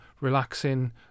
relaxing